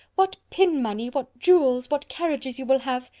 what pin-money, what jewels, what carriages you will have!